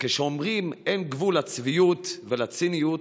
כשאומרים: אין גבול לצביעות ולציניות,